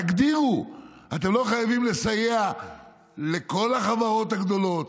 תגדירו אתם לא חייבים לסייע לכל החברות הגדולות,